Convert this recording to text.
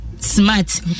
smart